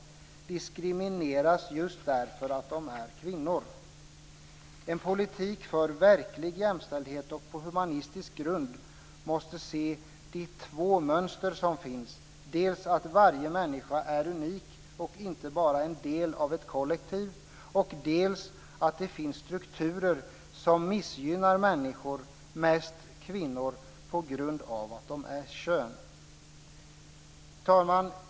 De diskrimineras just därför att de är kvinnor. En politik för verklig jämställdhet och på humanistisk grund måste se de två mönster som finns, dels att varje människa är unik och inte bara en del av ett kollektiv, dels att det finns strukturer som missgynnar människor, mest kvinnor, på grund av kön. Fru talman!